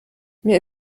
mir